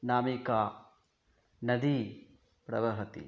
नामिका नदी प्रवहति